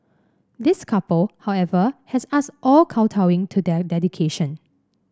this couple however has us all kowtowing to their dedication